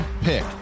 pick